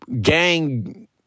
gang